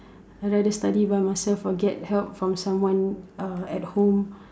I rather study by myself or get help from someone uh at home